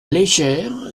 léchère